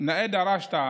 נאה דרשת.